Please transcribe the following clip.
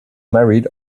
married